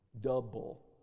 Double